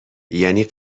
یعنی